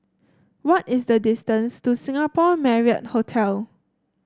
what is the distance to Singapore Marriott Hotel